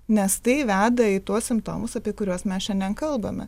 nes tai veda į tuos simptomus apie kuriuos mes šiandien kalbame